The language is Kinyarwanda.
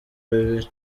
bibiri